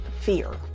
fear